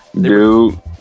Dude